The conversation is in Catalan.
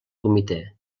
comitè